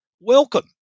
welcome